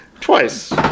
Twice